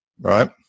right